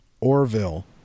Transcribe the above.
Orville